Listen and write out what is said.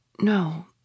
No